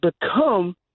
become